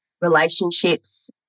relationships